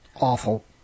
Awful